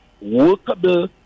Workable